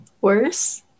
worse